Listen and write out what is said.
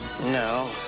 No